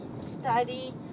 study